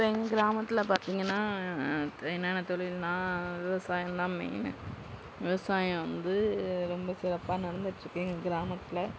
இப்போ எங்க கிராமத்தில் பார்த்தீங்கனா என்னான்ன தொழில்னா விவசாயந்தான் மெயின்னு விவசாயம் வந்து ரொம்ப சிறப்பாக நடந்துட் இருக்கு எங்கள் கிராமத்தில்